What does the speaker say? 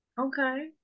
Okay